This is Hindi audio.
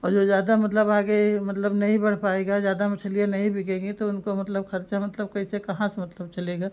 और जो ज़्यादा मतलब आगे मतलब नहीं बढ़ पाएगा ज़्यादा मछलियाँ नहीं बिकेंगी तो उनको मतलब खर्चा मतलब कैसे कहाँ से मतलब चलेगा